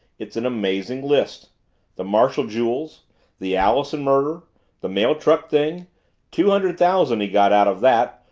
it's an amazing list the marshall jewels the allison murder the mail truck thing two hundred thousand he got out of that,